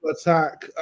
attack